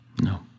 No